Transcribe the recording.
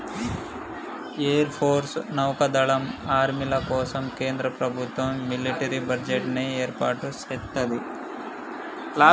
air force, నౌకా దళం, ఆర్మీల కోసం కేంద్ర ప్రభుత్వం మిలిటరీ బడ్జెట్ ని ఏర్పాటు సేత్తది